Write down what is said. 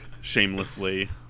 shamelessly